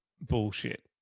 bullshit